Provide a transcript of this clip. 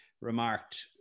remarked